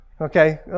Okay